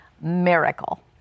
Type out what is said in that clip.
miracle